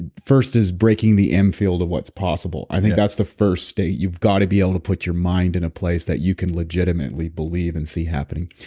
and first is breaking the m field of what's possible. i think that's the first state, you've got to be able to put your mind in a place that you can legitimately believe and see happening.